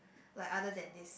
like other than this